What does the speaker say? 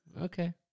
okay